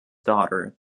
daughter